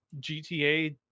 GTA